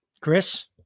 Chris